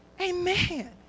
Amen